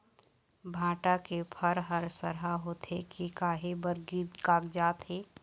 भांटा के फर हर सरहा होथे के काहे बर गिर कागजात हे?